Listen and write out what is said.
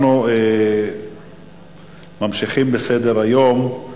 אנחנו ממשיכים בסדר-היום.